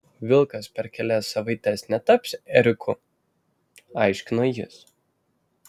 vilkas per kelias savaites netaps ėriuku aiškino jis